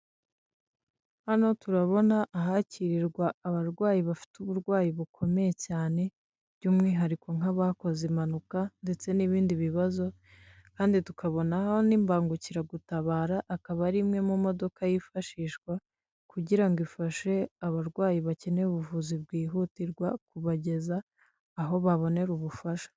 Hano turabona ahakirirwa abarwayi bafite uburwayi bukomeye cyane, by'umwihariko nk'abakoze impanuka, ndetse n'ibindi bibazo, kandi tukabonaho n'imbangukiragutabara, akaba ari imwe mu modoka yifashishwa, kugira ngo ifashe abarwayi bakeneye ubuvuzi bwihutirwa, kubageza aho babonera ubufasha.